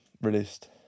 released